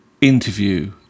interview